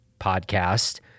podcast